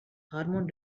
hormone